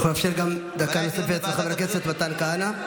את יכולה לאפשר דקה נוספת לחבר הכנסת מתן כהנא?